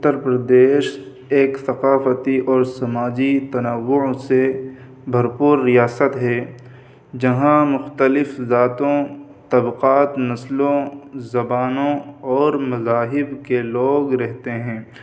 اتر پردیش ایک ثقافتی اور سماجی تنوع سے بھر پور ریاست ہے جہاں مختلف ذاتوں طبقات نسلوں زبانوں اور مذاہب کے لوگ رہتے ہیں